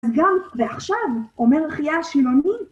גם ועכשיו אומר אחיה השילוני,